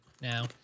now